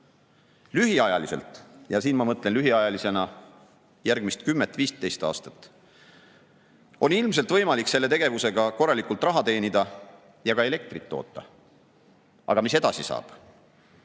Lühiajaliselt – ja siin ma mõtlen järgmist 10–15 aastat – on ilmselt võimalik selle tegevusega korralikult raha teenida ja ka elektrit toota. Aga mis edasi saab?